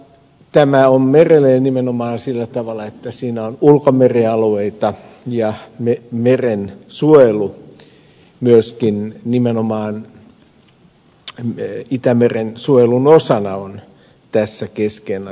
tämä on merellinen nimenomaan sillä tavalla että tässä on ulkomerialueita ja myöskin merensuojelu nimenomaan itämeren suojelun osana on tässä keskeinen asia